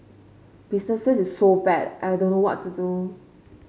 business is so bad I don't know what to do